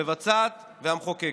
המבצעת והמחוקקת.